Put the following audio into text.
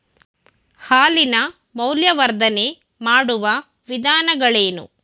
ಹಾಲಿನ ಮೌಲ್ಯವರ್ಧನೆ ಮಾಡುವ ವಿಧಾನಗಳೇನು?